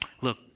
look